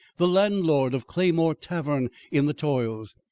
the landlord of claymore tavern in the toils.